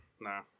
Nah